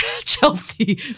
Chelsea